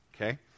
Okay